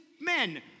Men